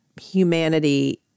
humanity